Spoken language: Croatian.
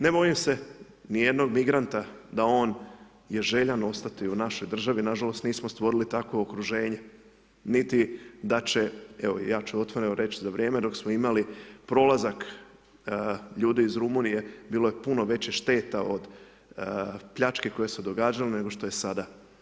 Ne bojim se nijednog migranta da on je željan ostati u našoj državi, nažalost, nismo stvorili takvo okruženje, niti da će, evo ja ću otvoreno reći, za vrijeme dok smo imali prolazak ljudi iz Rumunije, bilo je puno većih šteta od, pljačke koja se događala, nego što je sada.